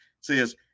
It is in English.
says